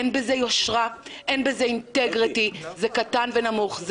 אין בזה יושרה, אין בזה אינטגריטי, זה קטן ונמוך.